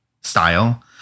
style